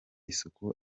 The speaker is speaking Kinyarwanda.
isuku